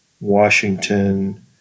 Washington